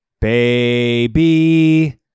baby